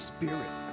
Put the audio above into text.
Spirit